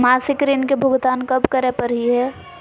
मासिक ऋण के भुगतान कब करै परही हे?